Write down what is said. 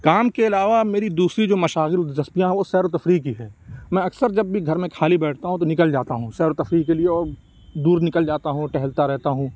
کام کے علاوہ میری دوسری جو مشاغل و دلچسپیاں ہیں وہ سیر و تفریح کی ہیں میں اکثر جب بھی گھر میں خالی بیٹھتا ہوں تو نکل جاتا ہوں سیر و تفریح کے لیے اور دور نکل جاتا ہوں و ٹہلتا رہتا ہوں